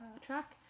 track